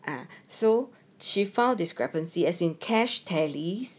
ah so she found discrepancy as in cash tallies